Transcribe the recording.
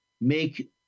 Make